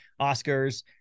Oscars